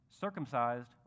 Circumcised